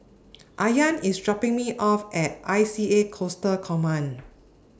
Ayaan IS dropping Me off At I C A Coastal Command